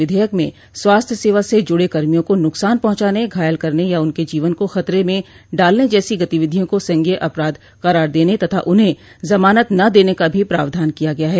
विधेयक में स्वास्थ्य सेवा से जूडे कर्मियों को नुकसान पहुंचाने घायल करने या उनके जीवन को खतरे में डालने जैसी गतिविधियों को संज्ञेय अपराध करार देने तथा उन्हें जमानत न देने का भी प्रावधान किया गया है